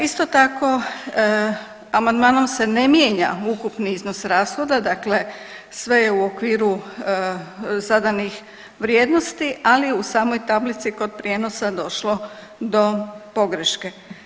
Isto tako amandmanom se ne mijenja ukupni iznos rashoda, dakle sve je u okviru zadanih vrijednosti ali je u samoj tablici kod prijenosa došlo do pogreške.